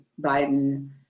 biden